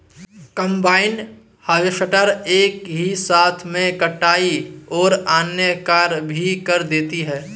combine harvester एक ही साथ में कटाई और अन्य कार्य भी कर देती है